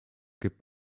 gibt